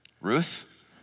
Ruth